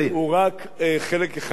הוא רק חלק אחד